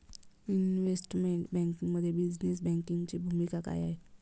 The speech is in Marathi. इन्व्हेस्टमेंट बँकिंगमध्ये बिझनेस बँकिंगची भूमिका काय आहे?